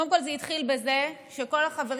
קודם כול זה התחיל בזה שכל החברים